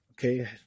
okay